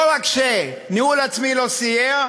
לא רק שניהול עצמי לא סייע,